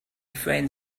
friend